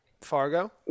Fargo